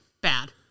bad